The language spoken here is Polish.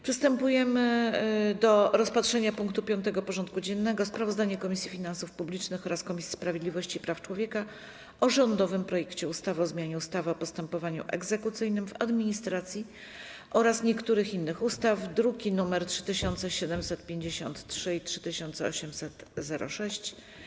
Przystępujemy do rozpatrzenia punktu 5. porządku dziennego: Sprawozdanie Komisji Finansów Publicznych oraz Komisji Sprawiedliwości i Praw Człowieka o rządowym projekcie ustawy o zmianie ustawy o postępowaniu egzekucyjnym w administracji oraz niektórych innych ustaw (druki nr 3753 i 3806)